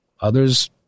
others